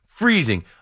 Freezing